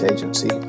Agency